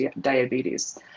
diabetes